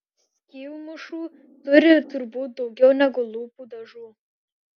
skylmušų turi turbūt daugiau negu lūpų dažų